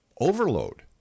overload